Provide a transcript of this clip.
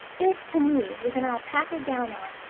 this to me, with an alpaca gown on,